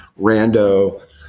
rando